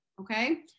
okay